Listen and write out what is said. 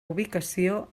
ubicació